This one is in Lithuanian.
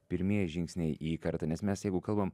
pirmieji žingsniai į karatė nes mes jeigu kalbam